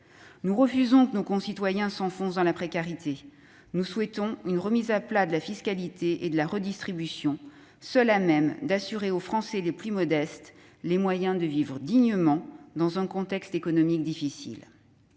Nous refusons que nos concitoyens s'enfoncent dans la précarité. Nous souhaitons une remise à plat de la fiscalité et de la redistribution, seule à même d'assurer aux Français les plus modestes les moyens de vivre dignement dans un contexte économique difficile.